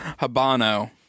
Habano